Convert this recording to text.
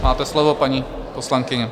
Máte slovo, paní poslankyně.